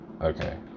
okay